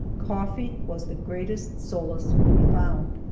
coffee was the greatest solace we found.